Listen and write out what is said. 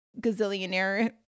gazillionaire